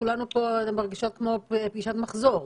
כולנו פה מרגישות כמו בפגישות מחזור.